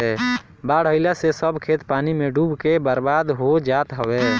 बाढ़ आइला से सब खेत पानी में डूब के बर्बाद हो जात हवे